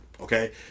okay